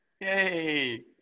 Yay